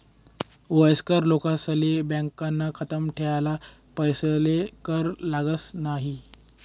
वयस्कर लोकेसले बॅकाना खातामा ठेयेल पैसासले कर लागस न्हयी